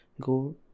go